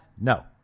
No